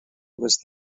was